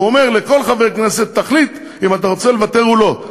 הוא אומר לכל חבר כנסת: תחליט אם אתה רוצה לוותר או לא.